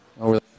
Over